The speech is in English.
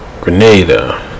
Grenada